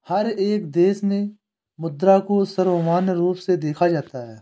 हर एक देश में मुद्रा को सर्वमान्य रूप से देखा जाता है